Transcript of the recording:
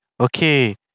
Okay